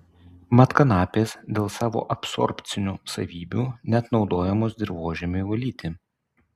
mat kanapės dėl savo absorbcinių savybių net naudojamos dirvožemiui valyti